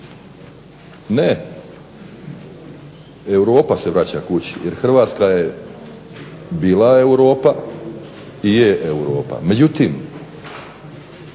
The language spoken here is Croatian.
Ne, Europa se vraća kući jer Hrvatska je bila Europa i je Europa, međutim